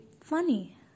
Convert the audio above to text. funny